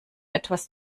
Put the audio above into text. etwas